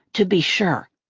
to be sure.